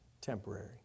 temporary